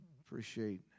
appreciate